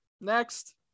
Next